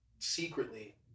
Secretly